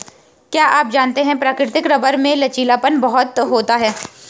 क्या आप जानते है प्राकृतिक रबर में लचीलापन बहुत होता है?